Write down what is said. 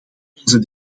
onze